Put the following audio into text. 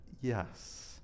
Yes